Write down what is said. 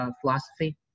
philosophy